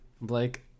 Blake